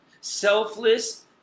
selfless